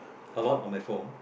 a lot on my phone